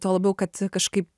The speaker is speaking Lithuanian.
tuo labiau kad kažkaip